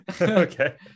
Okay